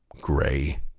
gray